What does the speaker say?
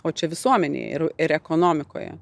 o čia visuomenėj ir ir ekonomikoje